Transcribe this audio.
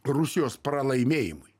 rusijos pralaimėjimui